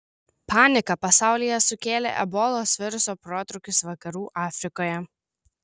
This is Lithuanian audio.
paniką pasaulyje sukėlė ebolos viruso protrūkis vakarų afrikoje